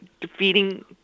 defeating